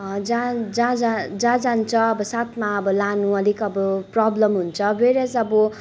जहाँ जहाँ जहाँ जहाँ जान्छ अब साथमा अब लान अलिक अब प्रब्लम हुन्छ वेरएज अब